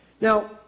Now